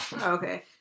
okay